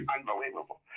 Unbelievable